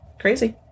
Crazy